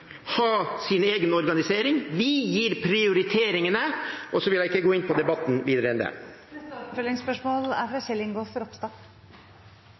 ha sin egen organisering. Vi gir prioriteringene, og så vil jeg ikke gå inn i debatten mer enn det. Kjell Ingolf Ropstad – til oppfølgingsspørsmål. Situasjonen i Oslo er